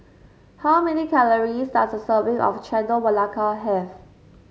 how many calories does a serving of Chendol Melaka have